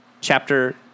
chapter